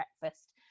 breakfast